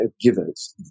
givers